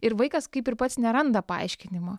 ir vaikas kaip ir pats neranda paaiškinimo